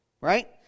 right